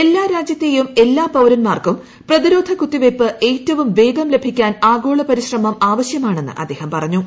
എല്ലാ രാജ്യത്തെയും എല്ലാ പൌരന്മാർക്കും പ്രതിരോധ കുത്തിവയ്പ്പ് ഏറ്റവും വേഗം ലഭിക്കാൻ ആഗോള പരിശ്രമം ആവശ്യമാണെന്ന് അദ്ദേഹം പറഞ്ഞു